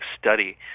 study